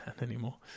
anymore